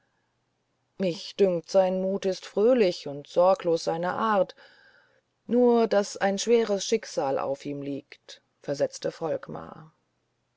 mich dünkt sein mut ist fröhlich und sorglos seine art nur daß ein schweres schicksal auf ihm liegt versetzte volkmar